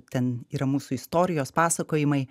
ten yra mūsų istorijos pasakojimai